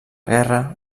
guerra